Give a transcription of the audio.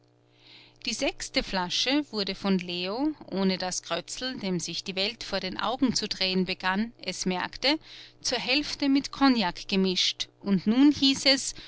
die sechste flasche wurde von leo ohne daß krötzl dem sich die welt vor den augen zu drehen begann es merkte zur hälfte mit kognak gemischt und nun hieß es